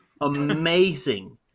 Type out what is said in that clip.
amazing